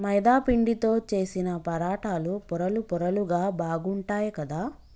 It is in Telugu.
మైదా పిండితో చేశిన పరాటాలు పొరలు పొరలుగా బాగుంటాయ్ కదా